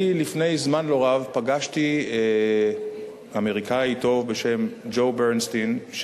לפני זמן לא רב פגשתי אמריקני טוב בשם רוברט ברנשטיין,